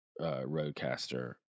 roadcaster